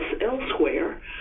elsewhere